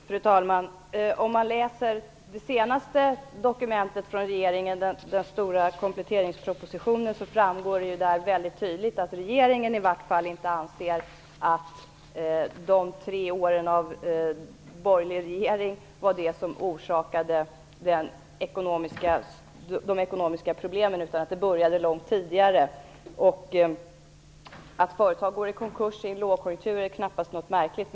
Fru talman! Av det senaste dokumentet från regeringen, den stora kompletteringspropositionen, framgår väldigt tydligt att regeringen i varje fall inte anser att de tre åren av borgerligt styre var det som orsakade de ekonomiska problemen utan att de började långt tidigare. Att företag går i konkurs i en lågkonjunktur är knappast något märkligt.